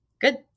good